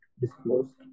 disclosed